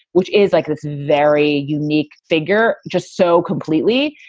which is like this very unique figure, just so completely.